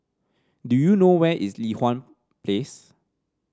do you know where is Li Hwan Place